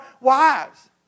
wives